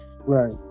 Right